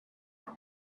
are